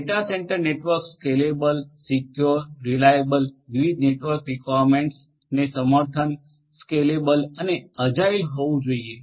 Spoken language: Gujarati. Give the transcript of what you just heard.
data centre network stable secure reliable વિવિધ નેટવર્ક રિક્વાયરમેન્ટસને સમર્થન સ્કેલેબલ અને અજાઇલ હોવુ જોઈએ